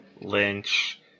Lynch